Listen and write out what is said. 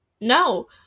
No